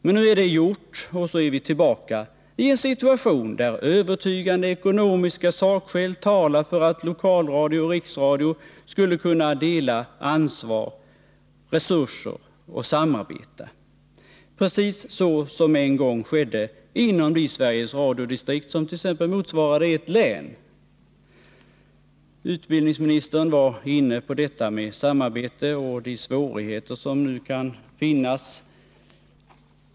Men nu är det gjort, och så är vi tillbaka i en situation, där övertygande ekonomiska sakskäl talar för att lokalradio och riksradio skulle kunna dela ansvar och resurser och samarbeta — precis så som en gång skedde inom de SR-distrikt som motsvarade ett län. Utbildningsministern var inne på detta med samarbete och de svårigheter som nu kan finnas.